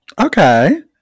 Okay